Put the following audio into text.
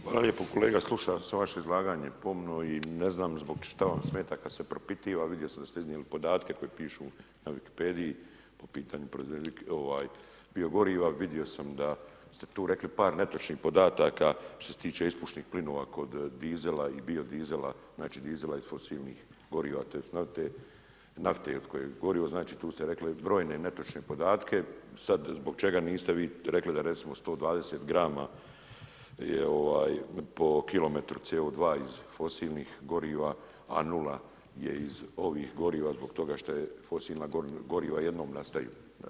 Hvala lijepa kolega, slušao sam vaše izlaganje pomno i ne znam zbog šta vam smeta kad se propitiva, vidio sam da ste iznijeli podatke koji pišu na Wikipediji po pitanju biogoriva, vidio sam da ste tu rekli par netočnih podataka što se tiče ispušnih plinova kod dizela, bio dizela, znači dizela iz fosilnih goriva tj. nafte i nafte od koje gorivo, znači tu ste rekli brojne netočne podatke, sad zbog čega niste vi rekli da recimo 120 g. je po kilometru CO2 iz fosilnih goriva, a 0 je iz ovih goriva, zbog toga što je fosilna goriva jednom nastaju.